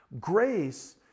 grace